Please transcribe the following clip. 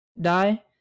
die